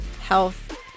health